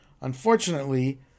Unfortunately